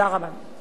תודה רבה לך,